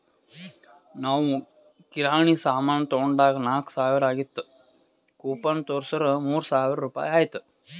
ನಾವ್ ಕಿರಾಣಿ ಸಾಮಾನ್ ತೊಂಡಾಗ್ ನಾಕ್ ಸಾವಿರ ಆಗಿತ್ತು ಕೂಪನ್ ತೋರ್ಸುರ್ ಮೂರ್ ಸಾವಿರ ರುಪಾಯಿ ಆಯ್ತು